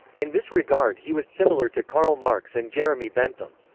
in this regard he was similar to karl marx and jeremy bentham.